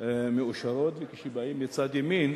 מאושרות ואלה שבאות מצד ימין